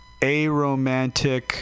aromantic